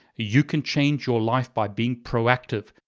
you can change your life by being proactive.